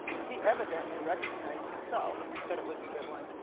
he evidently recognized, himself, that it was a good one,